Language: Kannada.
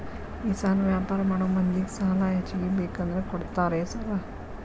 ಈ ಸಣ್ಣ ವ್ಯಾಪಾರ ಮಾಡೋ ಮಂದಿಗೆ ಸಾಲ ಹೆಚ್ಚಿಗಿ ಬೇಕಂದ್ರ ಕೊಡ್ತೇರಾ ಸಾರ್?